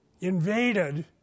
invaded